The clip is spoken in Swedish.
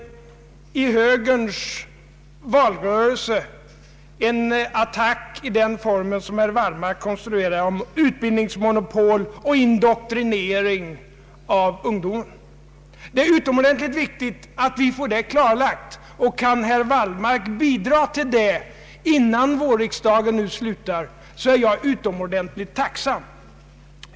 Är det en attack i den formen som herr Wallmark konstruerar — om utbildningsmonopol och indoktrinering av ungdomen — som nu skall komma i högerns valrörelse? Det är utomordentligt viktigt att vi får detta klarlagt, och kan herr Wallmark bidra därtill innan vårriksdagen slutar, så är jag utomordentligt tacksam.